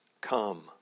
come